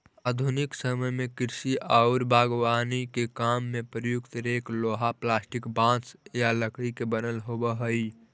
आधुनिक समय में कृषि औउर बागवानी के काम में प्रयुक्त रेक लोहा, प्लास्टिक, बाँस या लकड़ी के बनल होबऽ हई